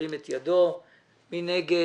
מי נגד?